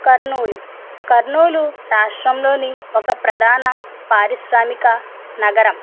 కర్నూలు కర్నూలు రాష్ట్రంలోని ఒక ప్రధాన పారిశ్రామిక నగరం